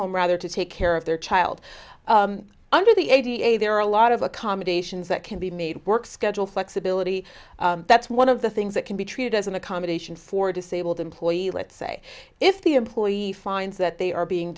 home rather to take care of their child under the eighty eight there are a lot of accommodations that can be made work schedule flexibility that's one of the things that can be treated as an accommodation for disabled employee let's say if the employee finds that they are being